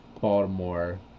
Baltimore